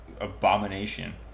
abomination